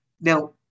now